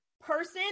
person